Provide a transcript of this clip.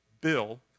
Bill